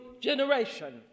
generation